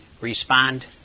respond